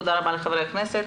תודה רבה לחברי הכנסת.